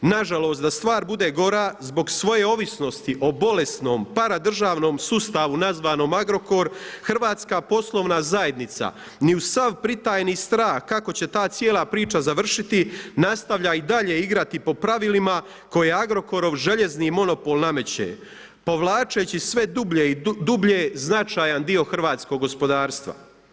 Nažalost da stvar bude gora zbog svoje ovisnosti o bolesnom paradržavnom sustavu nazvanom Agrokor, hrvatska poslovna zajednica ni uz sav pritajeni strah kako će ta cijela priča završiti nastavlja i dalje igrati po pravilima kojeg Agrokorov željezni monopol nameće povlačeći sve dublje i dublje značajan dio hrvatskog gospodarstva.